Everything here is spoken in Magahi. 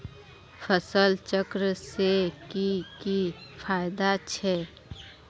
फसल चक्र से की की फायदा छे?